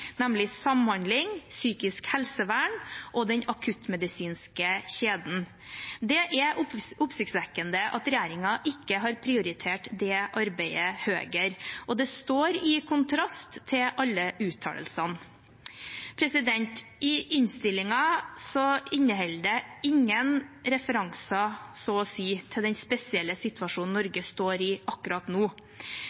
nemlig samhandling, psykisk helsevern og den akuttmedisinske kjeden. Det er oppsiktsvekkende at regjeringen ikke har prioritert det arbeidet høyere, og det står i kontrast til alle uttalelsene. Innstillingen inneholder så å si ingen referanser til den spesielle situasjonen